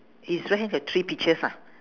his right hand got three peaches ah